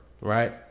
right